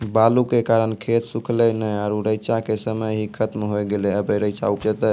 बालू के कारण खेत सुखले नेय आरु रेचा के समय ही खत्म होय गेलै, अबे रेचा उपजते?